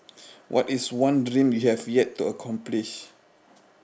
what is one dream you have yet to accomplish